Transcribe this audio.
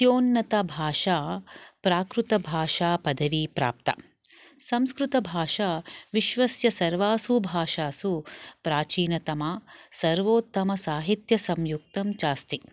अत्योन्नत भाषा प्राकृतभाषापवीप्राप्ता संस्कृतभाषा विश्वस्य सर्वासु भाषासु प्राचीनतमा सर्वोतमसाहित्यसम्युक्तम् च अस्ति